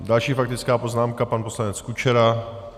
Další faktická poznámka, pan poslanec Kučera.